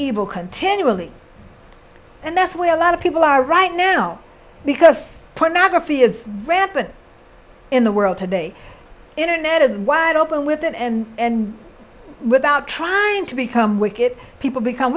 evil continually and that's where a lot of people are right now because pornography is rampant in the world today internet is wide open with it and without trying to become wicked people become